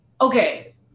Okay